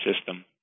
system